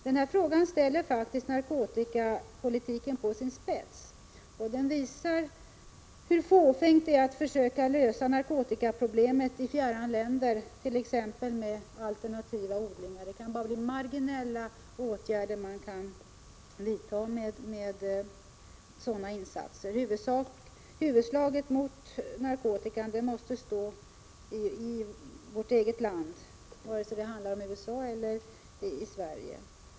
Denna fråga ställer faktiskt narkotikapolitiken på sin spets, och den visar hur fåfängt det är att försöka lösa narkotikaproblemet med åtgärder i fjärran länder i form avt.ex. alternativa odlingar. Med sådana åtgärder blir det bara marginella insatser. Huvudslaget mot narkotikan måste stå i det egna landet, vare sig det handlar om USA eller Sverige.